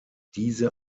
diese